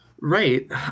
Right